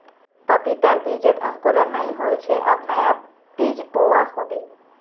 पपीतार बीजत अंकुरण नइ होल छे अब नया बीज बोवा होबे